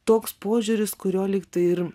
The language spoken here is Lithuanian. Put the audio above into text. toks požiūris kurio lygtai ir